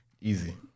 Easy